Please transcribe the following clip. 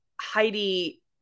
Heidi